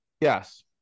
Yes